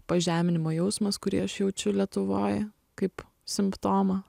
pažeminimo jausmas kurį aš jaučiu lietuvoj kaip simptomą